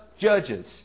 judges